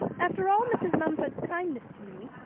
after all mrs. mumford's kindness to me,